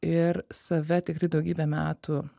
ir save tikrai daugybę metų